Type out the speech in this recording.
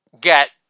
get